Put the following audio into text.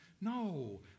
No